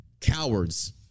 Cowards